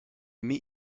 meet